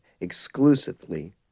exclusively